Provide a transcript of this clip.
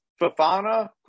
Fafana